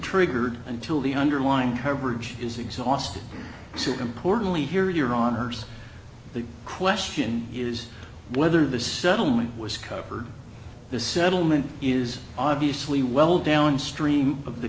triggered until the underlying coverage is exhausted importantly here your honour's the question is whether the settlement was covered the settlement is obviously well downstream of the